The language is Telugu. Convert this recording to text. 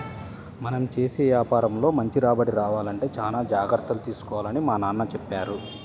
మనం చేసే యాపారంలో మంచి రాబడి రావాలంటే చానా జాగర్తలు తీసుకోవాలని మా నాన్న చెప్పారు